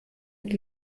mit